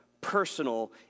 personal